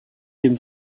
dem